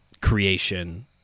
creation